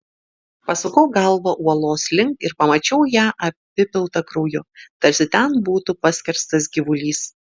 pasukau galvą uolos link ir pamačiau ją apipiltą krauju tarsi ten būtų paskerstas gyvulys